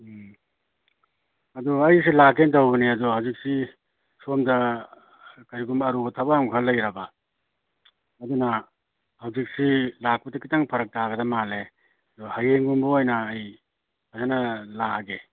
ꯎꯝ ꯑꯗꯨ ꯑꯩꯁꯦ ꯂꯥꯛꯀꯦꯅ ꯇꯧꯕꯅꯦ ꯑꯗꯣ ꯍꯧꯖꯤꯛꯁꯤ ꯁꯣꯝꯗ ꯀꯔꯤꯒꯨꯝꯕ ꯑꯔꯨꯕ ꯊꯕꯛ ꯑꯃꯈꯛ ꯂꯩꯔꯕ ꯑꯗꯨꯅ ꯍꯧꯖꯤꯛꯁꯤ ꯂꯥꯛꯄꯗ ꯈꯤꯇꯪ ꯐꯔꯛ ꯇꯥꯒꯗ ꯃꯥꯜꯂꯦ ꯑꯗꯨ ꯍꯌꯦꯡꯒꯨꯝꯕ ꯑꯣꯏꯅ ꯑꯩ ꯐꯖꯅ ꯂꯥꯛꯑꯒꯦ